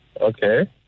Okay